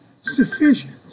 sufficient